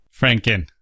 Franken